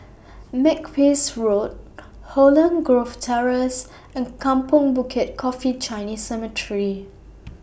Makepeace Road Holland Grove Terrace and Kampong Bukit Coffee Chinese Cemetery